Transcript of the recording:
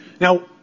Now